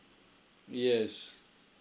yes